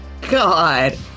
god